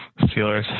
Steelers